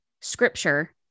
scripture